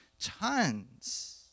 tons